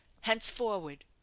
Henceforward